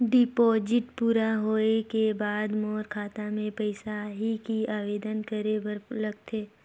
Deposit पूरा होय के बाद मोर खाता मे पइसा आही कि आवेदन करे बर लगथे?